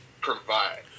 provide